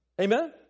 Amen